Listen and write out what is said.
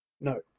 No